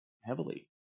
heavily